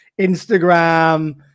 Instagram